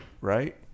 right